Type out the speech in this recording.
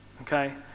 Okay